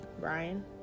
Brian